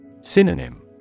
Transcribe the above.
Synonym